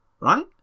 right